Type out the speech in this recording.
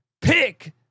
Pick